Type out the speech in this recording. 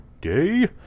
day